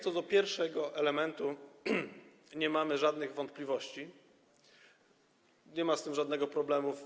Co do pierwszego elementu nie mamy żadnych wątpliwości i nie ma z tym żadnego problemu.